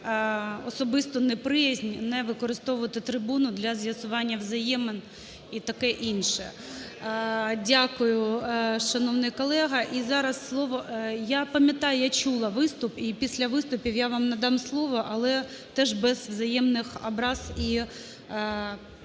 особисту неприязнь, не використовувати трибуну для з'ясування взаємин і таке інше. Дякую, шановний колего. І зараз слово… Я пам'ятаю, я чула виступ. І після виступів я вам надам слово, але теж без взаємних образ і інших,